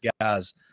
guy's